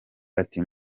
ati